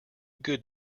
good